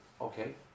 okay